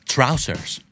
Trousers